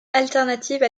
alternative